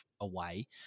away